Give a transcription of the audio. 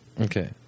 Okay